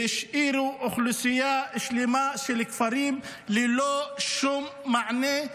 והשאירו אוכלוסייה שלמה של כפרים ללא שום מענה.